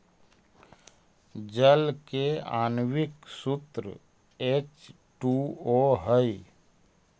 जल के आण्विक सूत्र एच टू ओ हई